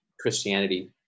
Christianity